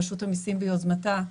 רשות המיסים ביוזמתה,